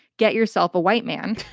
get yourself a white man.